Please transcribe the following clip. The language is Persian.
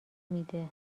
میده